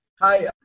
Hi